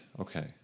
Okay